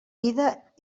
vida